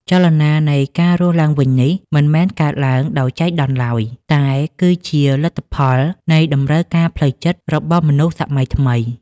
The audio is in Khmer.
ចលនានៃការរស់ឡើងវិញនេះ មិនមែនកើតឡើងដោយចៃដន្យឡើយ តែវាគឺជាលទ្ធផលនៃតម្រូវការផ្លូវចិត្តរបស់មនុស្សសម័យថ្មី។